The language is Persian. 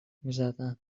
میزدن